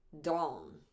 Dawn